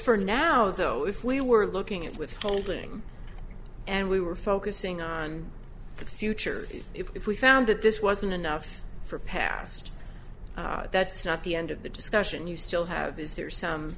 for now though if we were looking at withholding and we were focusing on the future if we found that this wasn't enough for past that's not the end of the discussion you still have is there